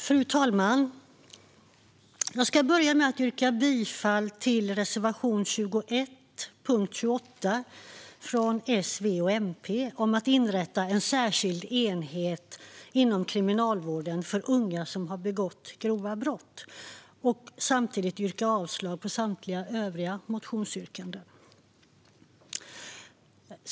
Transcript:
Fru talman! Jag ska börja med att yrka bifall till reservation 21, under punkt 28, från S, V och MP om att inrätta en särskild enhet inom Kriminalvården för unga som har begått grova brott. Jag vill samtidigt yrka avslag på samtliga övriga motionsyrkanden.